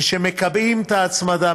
וכשמקבעים את ההצמדה,